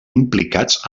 implicats